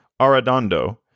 Arredondo